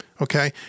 Okay